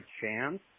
chance